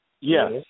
Yes